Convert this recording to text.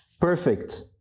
perfect